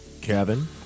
Kevin